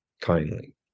kindly